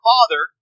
Father